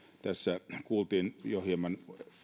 tässä kuultiin jo hieman